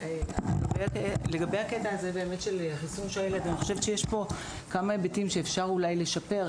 לגבי חיסון השעלת, יש כמה היבטים שאפשר לשפר.